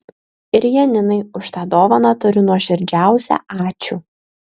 ir janinai už tą dovaną tariu nuoširdžiausią ačiū